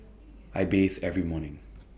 I bathe every morning